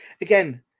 again